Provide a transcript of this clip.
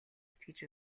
итгэж